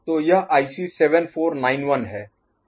तो यह आईसी 7491 है